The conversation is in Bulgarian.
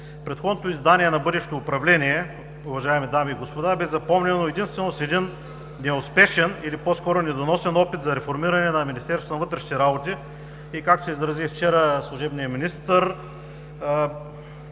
Предходното издание на бъдещото управление, уважаеми дами и господа, бе запомнено единствено с един неуспешен или по-скоро недоносен опит за реформиране на Министерството на вътрешните